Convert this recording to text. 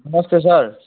नमस्ते सर